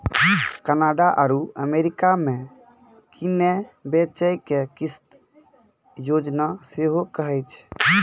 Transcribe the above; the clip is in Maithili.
कनाडा आरु अमेरिका मे किनै बेचै के किस्त योजना सेहो कहै छै